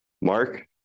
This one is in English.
Mark